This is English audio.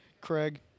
Craig